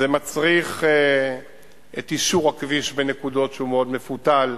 זה מצריך את יישור הכביש בנקודות שהוא מאוד מפותל.